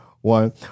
one